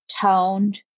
toned